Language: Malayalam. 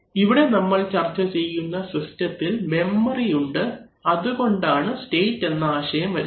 ഇവിടെ നമ്മൾ ചർച്ച ചെയ്യുന്ന സിസ്റ്റത്തിൽ മെമ്മറി ഉണ്ട് അതുകൊണ്ടാണ് സ്റ്റേറ്റ് എന്ന ആശയം വരുന്നത്